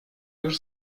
już